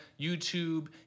YouTube